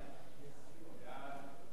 סעיפים 1 3